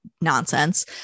nonsense